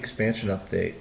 expansion update